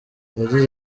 yagize